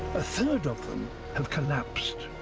a third of them have collapsed.